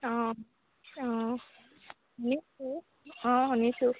অঁ অঁ শুনিছোঁ অঁ শুনিছোঁ